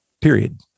period